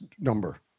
number